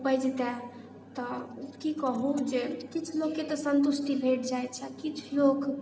उपैजतै तऽ की कहू जे किछु लोगकेँ तऽ संतुष्टि भेट जाइत छै किछु लोक